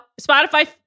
Spotify